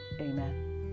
amen